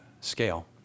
scale